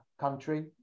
country